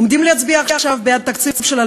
עומדים להצביע עכשיו בעד תקציב 2015